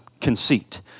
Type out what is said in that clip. conceit